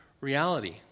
reality